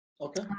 Okay